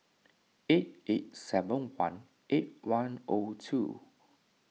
eight eight seven one eight one O two